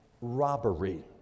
robbery